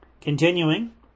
continuing